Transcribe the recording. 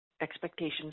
expectations